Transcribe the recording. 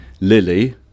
Lily